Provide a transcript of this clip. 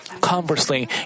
Conversely